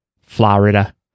Florida